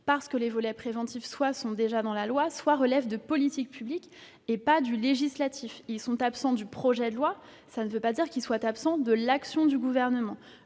parce que ces derniers soit sont déjà dans la loi, soit relèvent de politiques publiques et pas du législatif. S'ils sont absents du projet de loi, cela ne veut pas dire qu'ils soient absents de l'action du Gouvernement.